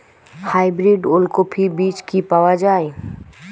Hybrid ওলকফি বীজ কি পাওয়া য়ায়?